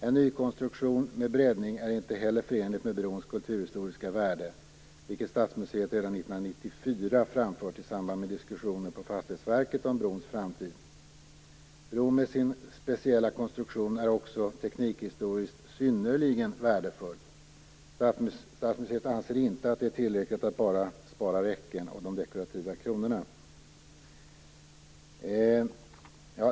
En nykonstruktion med breddning är inte heller förenlig med brons kulturhistoriska värde, vilket Stadsmuseet redan 1994 framfört i samband med diskussioner på Fastighetsverket om brons framtid. Bron är, med sin speciella konstruktion, också teknikhistoriskt synnerligen värdefull. Stadsmuseet anser inte att det är tillräckligt att bara spara räckena och de dekorativa kronorna.